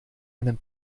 einem